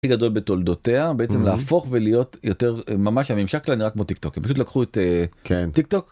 הכי גדול בתולדותיה בעצם להפוך ולהיות יותר ממש הממשק שלה נראה כמו טיק טוק פשוט לקחו את טיק טוק.